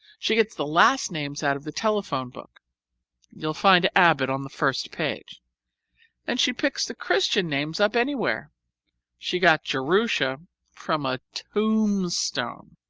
she gets the last names out of the telephone book you'll find abbott on the first page and she picks the christian names up anywhere she got jerusha from a tombstone.